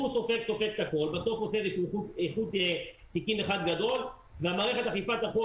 והוא סופג את הכול ומערכת אכיפת החוק,